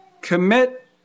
commit